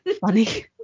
funny